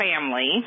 family